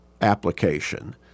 application